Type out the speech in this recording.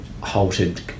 halted